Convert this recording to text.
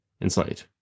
inside